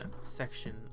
section